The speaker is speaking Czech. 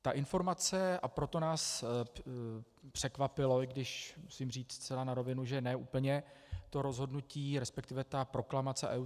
Ta informace a proto nás překvapilo, i když musím říct zcela na rovinu, že ne úplně, to rozhodnutí resp. proklamace IUCN...